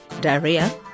diarrhea